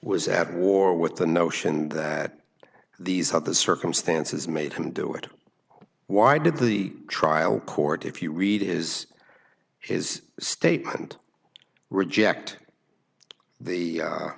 of war with the notion that these other circumstances made him do it why did the trial court if you read his his statement reject the